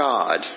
God